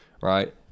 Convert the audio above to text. right